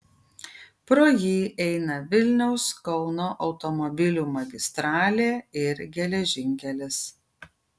pro jį eina vilniaus kauno automobilių magistralė ir geležinkelis